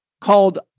called